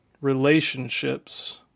relationships